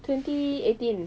twenty eighteen